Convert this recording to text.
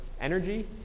energy